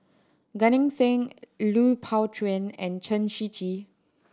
Gan Eng Seng Lui Pao Chuen and Chen Shiji